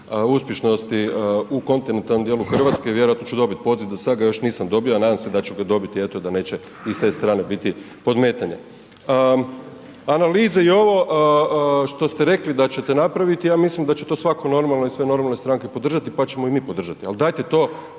uspješnosti u kontinentalnom djelu Hrvatske, vjerojatno ću dobit poziv, do sada ga još nisam dobio ali nadam se da ću ga dobiti, eto da neće i s te strane biti podmetanja. Analize i ovo što ste rekli da ćete napraviti, ja mislim da će to svatko normalan i sve normalne stranke podržati pa ćemo i mi podržati ali dajte to